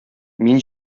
мин